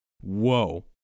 whoa